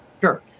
Sure